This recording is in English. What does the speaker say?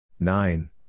Nine